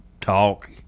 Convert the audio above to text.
talk